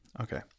Okay